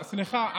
סליחה.